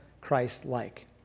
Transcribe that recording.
Christ-like